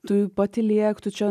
tu patylėk tu čia